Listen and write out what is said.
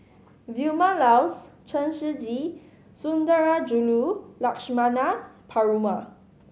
Vilma Laus Chen Shiji Sundarajulu Lakshmana Perumal